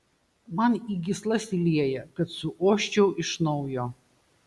man į gyslas įlieja kad suoščiau iš naujo